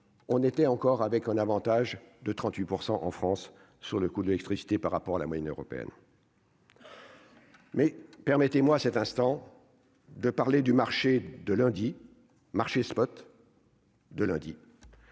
on était encore avec un Avantage de 38 % en France sur le coup d'électricité par rapport à la moyenne européenne. Mais permettez-moi à cet instant de parler du marché de lundi marché spot. De lundi.